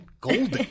golden